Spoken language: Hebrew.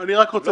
אני פונה